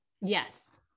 Yes